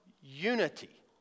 unity